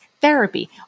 therapy